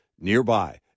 nearby